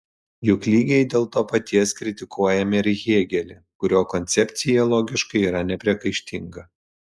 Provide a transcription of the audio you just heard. juk lygiai dėl to paties kritikuojame ir hėgelį kurio koncepcija logiškai yra nepriekaištinga